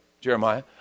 Jeremiah